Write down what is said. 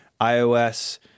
iOS